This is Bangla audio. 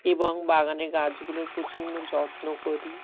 এবং বাগানে গাছগুলোর প্রচণ্ড যত্ন করি